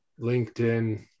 LinkedIn